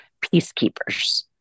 peacekeepers